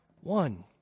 one